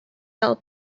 sell